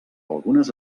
algunes